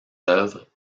œuvres